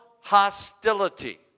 hostility